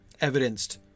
evidenced